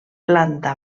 planta